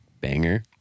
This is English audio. Banger